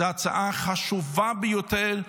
זאת הצעה חשובה ביותר,